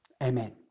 Amen